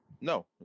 no